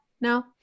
no